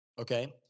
okay